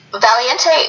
Valiente